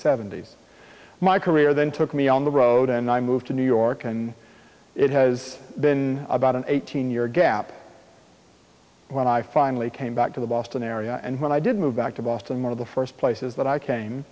seventy's my career then took me on the road and i moved to new york and it has been about an eighteen year gap when i finally came back to the boston area and when i did move back to boston one of the first places that i came